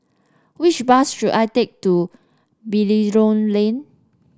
which bus should I take to Belilios Lane